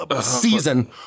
season